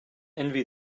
envy